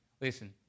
Listen